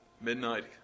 Midnight